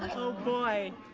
oh boy.